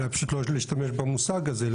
אולי פשוט לא להשתמש במושג הזה,